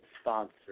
sponsor